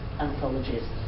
anthologies